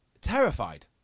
terrified